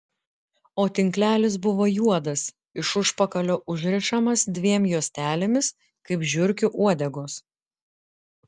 o tinklelis buvo juodas iš užpakalio užrišamas dviem juostelėmis kaip žiurkių uodegos